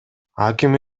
аким